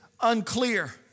unclear